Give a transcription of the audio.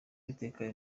uwiteka